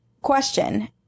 question